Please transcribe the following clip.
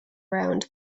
round